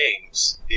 games